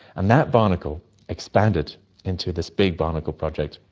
and that barnacle expanded into this big barnacle project.